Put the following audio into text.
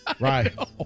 Right